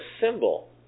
symbol